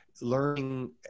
learning